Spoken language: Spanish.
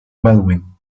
baldwin